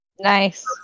Nice